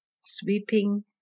sweeping